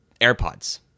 AirPods